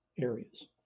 areas